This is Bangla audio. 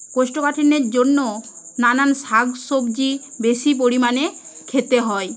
কোষ্ঠকাঠিন্যের জন্য নানান শাকসবজি বেশি পরিমাণে খেতে হয়